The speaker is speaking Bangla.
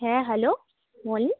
হ্যাঁ হ্যালো বলেন